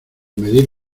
medir